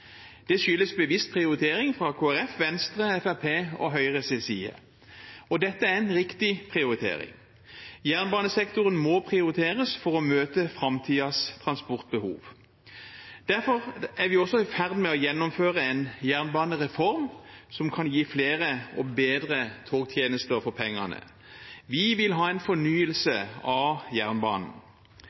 Det skyldes bevisst prioritering fra Kristelig Folkeparti, Venstre, Fremskrittspartiet og Høyres side. Dette er en riktig prioritering. Jernbanesektoren må prioriteres for å møte framtidens transportbehov. Derfor er vi også i ferd med å gjennomføre en jernbanereform, som kan gi flere og bedre togtjenester for pengene. Vi vil ha en fornyelse av jernbanen.